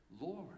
Lord